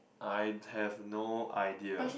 I have no idea